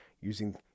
using